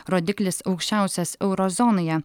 rodiklis aukščiausias euro zonoje